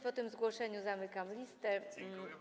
Po tym zgłoszeniu zamykam listę.